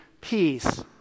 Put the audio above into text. peace